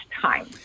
time